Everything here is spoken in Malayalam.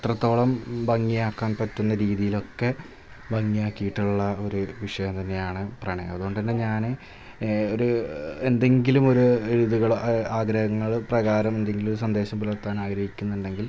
എത്രത്തോളം ഭംഗിയാക്കാൻ പറ്റുന്ന രീതിയിലൊക്കെ ഭംഗിയാക്കിയിട്ടുള്ള ഒരു വിഷയം തന്നെയാണ് പ്രണയം അതുകൊണ്ടു തന്നെ ഞാൻ ഒരു എന്തെങ്കിലുമൊരു രീതികൾ ആഗ്രഹങ്ങൾ പ്രകാരം എന്തെങ്കിലും സന്ദേശം പുലർത്താൻ ആഗ്രഹിക്കുന്നുണ്ടെങ്കിൽ